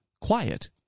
quiet